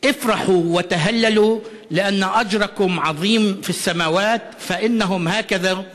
שמחו וגילו כי שכרכם רב בשמים כי כן